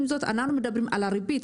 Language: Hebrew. אבל יחד עם זאת, אנחנו מדברים על הריבית.